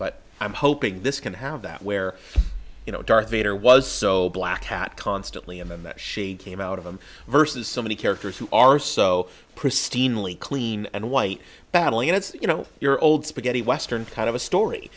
but i'm hoping this can have that where you know darth vader was so black hat constantly and then that she came out of him versus so many characters who are so pristinely clean and white battling and you know your old spaghetti western kind of a story